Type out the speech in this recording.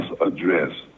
address